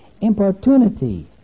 importunity